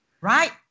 Right